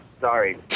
Sorry